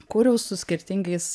kūriau su skirtingais